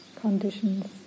conditions